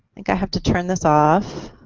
think i have to turn this off.